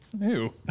Ew